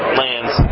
lands